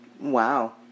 Wow